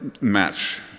match